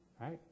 right